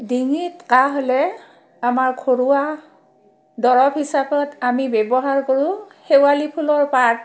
ডিঙিত কাহ হ'লে আমাৰ ঘৰুৱা দৰৱ হিচাপত আমি ব্যৱহাৰ কৰোঁ শেৱালি ফুলৰ পাত